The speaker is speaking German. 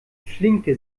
flinke